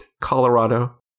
Colorado